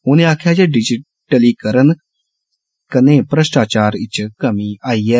उनें आक्खेआ जे डिजीटीकारण कन्नै भ्रश्टाचार च कमी आई ऐ